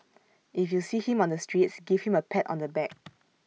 if you see him on the streets give him A pat on the back